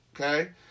Okay